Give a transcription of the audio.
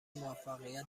موفقیت